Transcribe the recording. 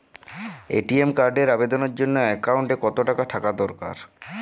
ATM কার্ডের আবেদনের জন্য অ্যাকাউন্টে কতো টাকা থাকা দরকার?